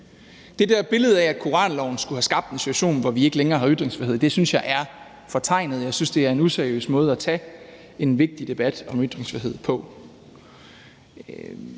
Det der billede af, af koranloven skulle have skabt en situation, hvor vi ikke længere har ytringsfrihed, synes jeg er fortegnet. Jeg synes, det er en useriøs måde at tage en vigtig debat om ytringsfrihed på.